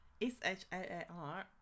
S-H-A-A-R